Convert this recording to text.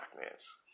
darkness